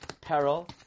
peril